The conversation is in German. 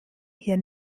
hier